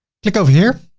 click over here.